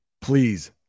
please